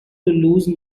lose